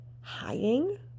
hiding